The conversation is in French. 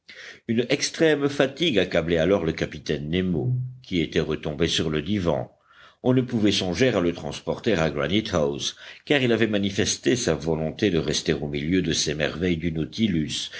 une extrême fatigue accablait alors le capitaine nemo qui était retombé sur le divan on ne pouvait songer à le transporter à granite house car il avait manifesté sa volonté de rester au milieu de ces merveilles du nautilus